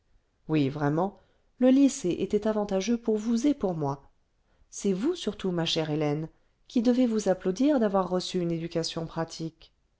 oui vraiment le lycée était avantageux pour vous et pour moi c'est vous surtout ma chère hélène qui devez vous ajmlaudir d'avoir reçu une éducation pratique